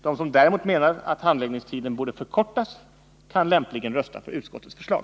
De som däremot menar att handläggningstiden borde förkortas kan lämpligen rösta för utskottets förslag.